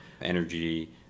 energy